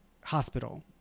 hospital